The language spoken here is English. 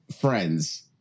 friends